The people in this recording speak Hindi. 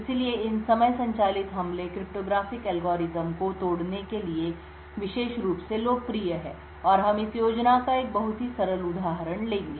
इसलिए इन समय संचालित हमले क्रिप्टोग्राफिक एल्गोरिदम को तोड़ने के लिए विशेष रूप से लोकप्रिय हैं और हम इस योजना का एक बहुत ही सरल उदाहरण लेंगे